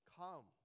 come